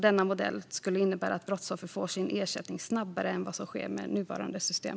Denna modell skulle innebära att brottsoffer får sin ersättning snabbare än vad som sker med nuvarande system.